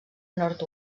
nord